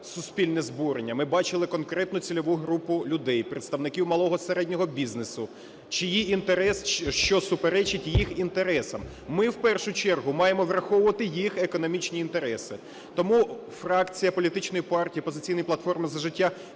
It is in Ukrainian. суспільне збурення, ми бачили конкретну цільову групу людей представників малого і середнього бізнесу, чиї інтереси… що суперечить їх інтересам. Ми в першу чергу маємо враховувати їх економічні інтереси. Тому фракція політичної партії "Опозиційна платформа - За життя"